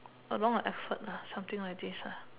along the effort lah something like this